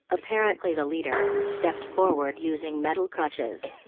apparently the leader, stepped forward using metal crutches.